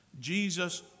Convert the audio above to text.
Jesus